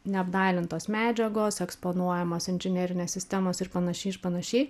neapdailintos medžiagos eksponuojamos inžinerinės sistemos ir panašiai ir panašiai